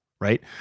right